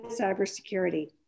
cybersecurity